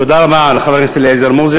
תודה רבה לחבר הכנסת אליעזר מוזס.